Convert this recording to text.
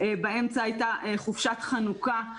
באמצע הייתה חופשת חנוכה.